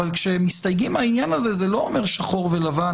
אבל כשמסתייגים מהעניין הזה זה לא אומר שחור ולבן,